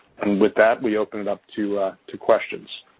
and with that, we open it up to to questions.